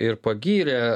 ir pagyrė